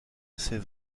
c’est